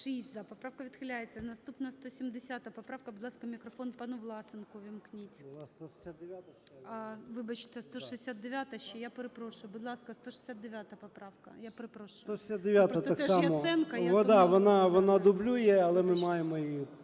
Вона дублює, але ми маємо її